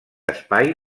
espai